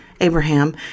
Abraham